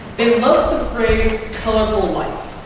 they love the phrase, colorful life.